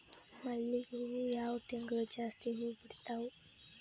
ಮಲ್ಲಿಗಿ ಹೂವು ಯಾವ ತಿಂಗಳು ಜಾಸ್ತಿ ಹೂವು ಬಿಡ್ತಾವು?